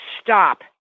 stop